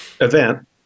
event